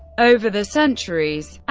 over the centuries,